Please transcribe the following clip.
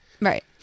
Right